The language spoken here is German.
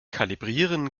kalibrieren